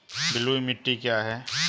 बलुई मिट्टी क्या है?